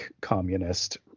communist